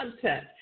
content